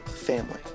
family